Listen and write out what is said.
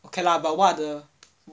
okay lah but what are the